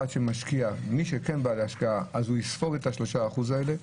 מי שכן בא להשקיע יספוג את ה-3% האלה.